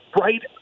right